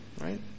right